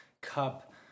cup